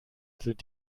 sind